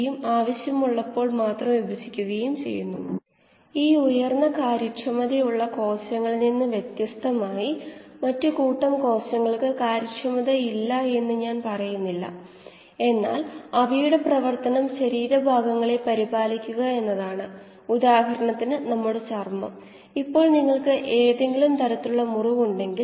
ഈ അവസ്ഥയാണ് നമ്മൾ വിശകലനം ചെയ്യാൻ പോകുന്നത് തുടർച്ചയായ ബയോ റിയാക്റ്റർ അല്ലെങ്കിൽ കീമോസ്റ്റാറ്റ് അതിന്റെ ഉപയോഗപ്രദമായ സമയത്തിൽ പ്രവർത്തിക്കേണ്ട അവസ്ഥയാണിത് സ്റ്റഡി സ്റ്റേറ്റ് ഓപ്പറേഷൻ കണ്ടീഷൻസ് ഉണ്ടാക്കുക ക്രിറ്റിക്കൽ ഡയല്യൂഷൻ റേറ്റ് കണ്ടെത്തുക